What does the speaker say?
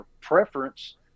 preference